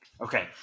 Okay